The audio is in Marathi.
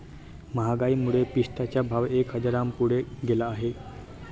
महागाईमुळे पिस्त्याचा भाव एक हजाराच्या पुढे गेला आहे